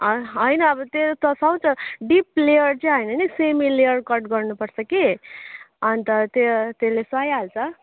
होइन अब त्यो त सुहाउँछ डिप लेयर चाहिँ होइन नि सेमिलेयर कट गर्नुपर्छ कि अन्त त्यो त्यसले सुहाइहाल्छ